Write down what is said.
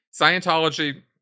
Scientology